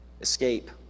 Escape